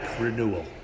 renewal